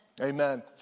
Amen